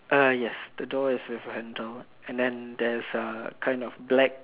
uh yes the door is with a handle and then there's a kind of black